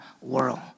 world